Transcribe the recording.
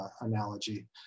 analogy